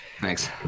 thanks